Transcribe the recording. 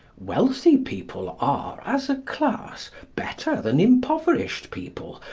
wealthy people are, as a class, better than impoverished people,